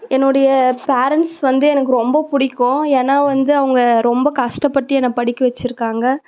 என்னுடைய பேரெண்ட்ஸ் வந்து எனக்கு ரொம்ப பிடிக்கும் ஏன்னா வந்து அவங்க ரொம்ப கஷ்டப்பட்டு என்னை படிக்க வெச்சிருக்காங்க